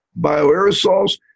bioaerosols